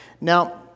Now